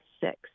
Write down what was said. six